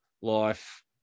life